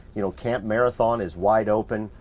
you know camp marathon is wide open.